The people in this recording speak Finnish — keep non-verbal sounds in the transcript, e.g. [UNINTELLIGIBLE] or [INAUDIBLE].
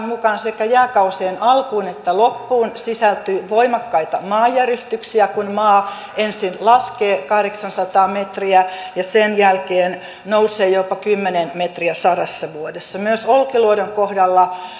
[UNINTELLIGIBLE] mukaan sekä jääkausien alkuun että loppuun sisältyy voimakkaita maanjärjestyksiä kun maa ensin laskee kahdeksansataa metriä ja sen jälkeen nousee jopa kymmenen metriä sadassa vuodessa myös olkiluodon kohdalla